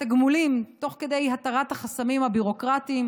תגמולים תוך התרת החסמים הביורוקרטיים,